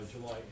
july